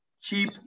cheap